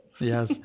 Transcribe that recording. Yes